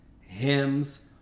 hymns